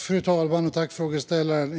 Fru talman!